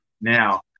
now